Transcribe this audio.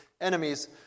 enemies